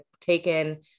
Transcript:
taken